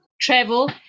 travel